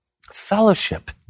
fellowship